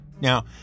Now